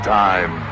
time